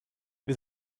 wir